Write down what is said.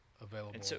available